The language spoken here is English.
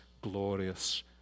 glorious